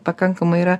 pakankamai yra